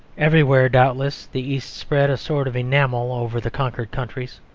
everywhere, doubtless, the east spread a sort of enamel over the conquered countries,